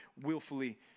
willfully